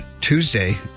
Tuesday